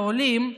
לעולים,